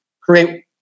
create